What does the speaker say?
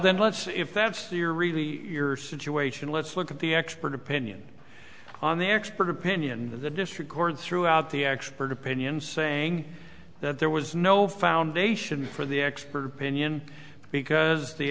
then let's if that's the are really your situation let's look at the expert opinion on the expert opinion that the district court threw out the expert opinion saying that there was no foundation for the expert opinion because the